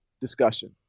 discussion